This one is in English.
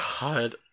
God